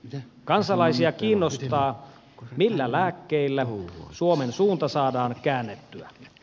ja kansalaisia kiinnosta millä lääkkeillä suomen suunta saadaan käännettyä l